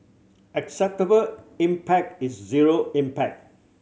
acceptable impact is zero impact